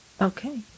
okay